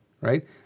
right